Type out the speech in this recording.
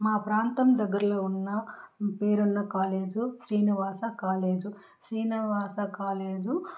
మా ప్రాంతం దగ్గరలో ఉన్న పేరు ఉన్న college Srinivasa college Srinivasa college